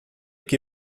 que